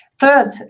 Third